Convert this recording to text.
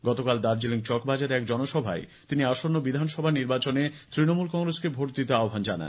গতকাল দার্জিলিং চক বাজারে এক জনসভায় তিনি আসন্ন বিধানসভা নির্বাচনে তৃণমূল কংগ্রেসকে ভোট দিতে আহ্বান জানান